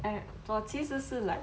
I 我其实是 like